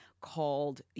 called